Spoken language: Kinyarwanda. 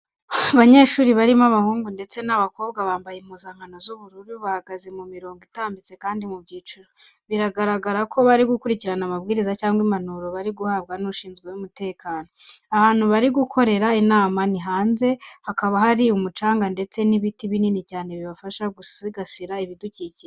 Abanyeshuri barimo abahungu ndetse n'abakobwa bambaye impuzankano z'ubururu, bahagaze mu mirongo itambitse kandi mu byiciro. Biragaragara ko bari gukurikirana amabwiriza cyangwa impanuro bari guhabwa n'ushinzwe umutekano. Ahantu bari gukorera inama ni hanze hakaba hari umucanga ndetse n'ibiti binini cyane bifasha gusigasira ibidukikije.